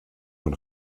von